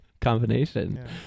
combination